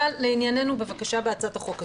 אבל, לענייננו בבקשה בהצעת החוק הזאת.